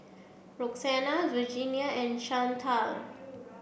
Roxana Virginia and Chantal